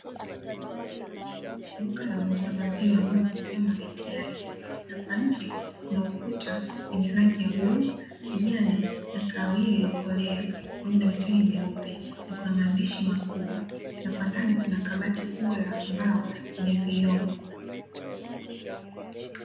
Duka la muuza maziwa ambalo limefunguliwa mageti yake na kwa nje kuna ukuta wenye rangi ya bluu, kijani na kahawia iliyokolea pamoja na mistari meupe na kuna maandishi makubwa na kwa ndani kuna kabati kubwa la mbao lenye vioo.